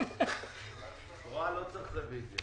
לא צריך רוויזיה.